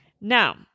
Now